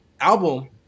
album